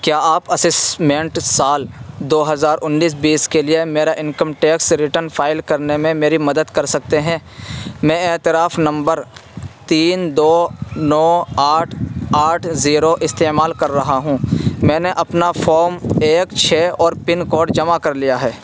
کیا آپ اسسمنٹ سال دو ہزار انیس بیس کے لیے میرا انکم ٹیکس ریٹرن فائل کرنے میں میری مدد کر سکتے ہیں میں اعتراف نمبر تین دو نو آٹھ آٹھ زیرو استعمال کر رہا ہوں میں نے اپنا فارم ایک چھ اور پن کوڈ جمع کر لیا ہے